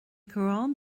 corrán